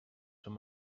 són